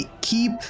keep